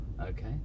Okay